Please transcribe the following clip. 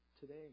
today